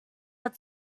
but